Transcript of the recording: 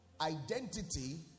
identity